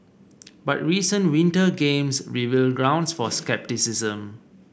but recent Winter Games reveal grounds for scepticism